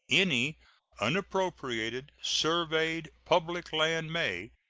any unappropriated surveyed public land may,